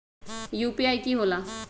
UPI कि होला?